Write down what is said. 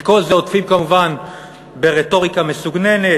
את כל זה עוטפים כמובן ברטוריקה מסוגננת,